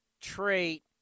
trait